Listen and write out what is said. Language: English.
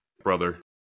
brother